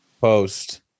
post